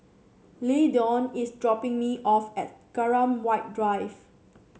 Lyndon is dropping me off at Graham White Drive